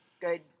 good